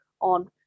on